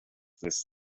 this